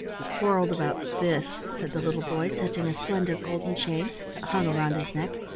we quarrelled about this, said the little boy, touching a slender golden chain that hung around his neck.